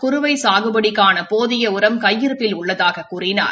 குறுவை சாகுபடிக்கான போதிய உரம் கையிருப்பில் உள்ளதாகக் கூறினார்